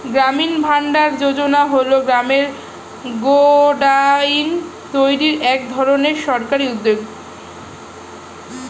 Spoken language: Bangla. গ্রামীণ ভান্ডার যোজনা হল গ্রামে গোডাউন তৈরির এক ধরনের সরকারি উদ্যোগ